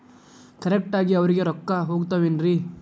Correct ಆಗಿ ಅವರಿಗೆ ರೊಕ್ಕ ಹೋಗ್ತಾವೇನ್ರಿ?